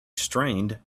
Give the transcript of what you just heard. strained